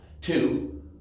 Two